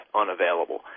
unavailable